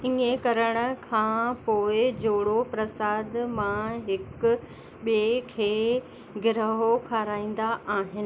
ईअं करण खां पोएं जोड़ो परसाद मां हिकु ॿिए खे गिरहु खाराईंदा आहिनि